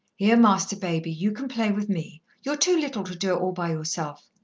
here, master baby, you can play with me. you're too little to do it all by yourself.